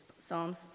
psalms